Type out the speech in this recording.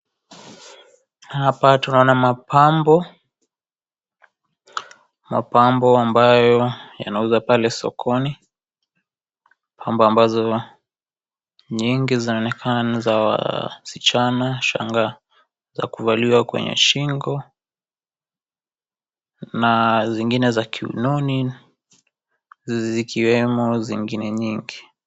Hapa tunaona mapambo , mapambo ambayo yanauzwa pale sokoni pambo ambazo nyingi zaonekana ni za wasichana shanga za kuvaliwa kwenye shingo na zingine za kiunoni zikiwemo zingine nyingi.